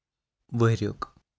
ؤریُک